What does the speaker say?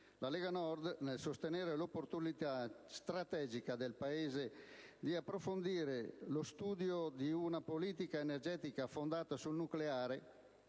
La Lega Nord, nel sostenere l'opportunità strategica per il Paese di approfondire lo studio di una politica energetica fondata sul nucleare,